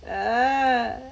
err